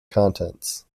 contents